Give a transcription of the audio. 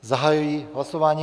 Zahajuji hlasování.